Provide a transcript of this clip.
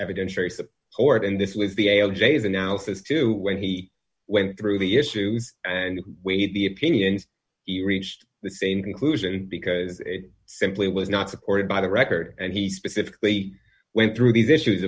support and this was the ale j s analysis to when he went through the issues and weighed the opinions he reached the same conclusion because it simply was not supported by the record and he specifically went through these issues